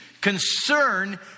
concern